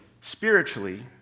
spiritually